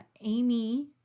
Amy